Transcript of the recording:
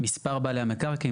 מספר בעלי המקרקעין.